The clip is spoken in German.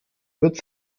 witz